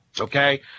Okay